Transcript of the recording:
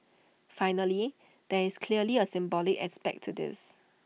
finally there is clearly A symbolic aspect to this